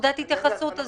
נקודת ההתייחסות הזו.